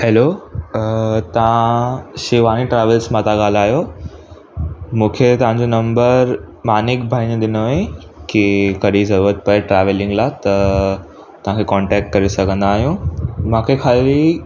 hello तव्हां Shivani Travels मां सां ॻाल्हायो मूंखे तव्हांजो नंबर मानिक भाई ने ॾिनो हुई कि कॾहिं ज़रूरुत पए ट्रैवलिंग लाइ त तव्हांखे कॉन्टेक्ट करे सघंदा आहियूं मांखे ख़ाली